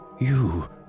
You